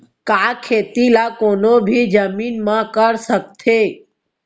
का खेती ला कोनो भी जमीन म कर सकथे?